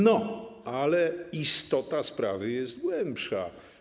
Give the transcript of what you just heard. No ale istota sprawy jest głębsza.